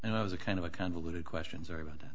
and i was a kind of a convoluted questions are about that